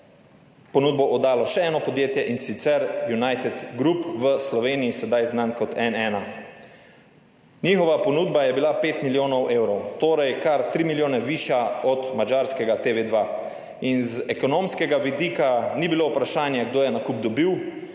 ponudbo oddalo še eno podjetje, in sicer United group, v Sloveniji sedaj znan kot N1. Njihova ponudba je bila 5 milijonov evrov, torej kar 3 milijone višja od madžarskega TV 2. In z ekonomskega vidika ni bilo vprašanje, kdo je nakup dobil.